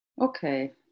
Okay